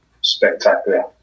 spectacular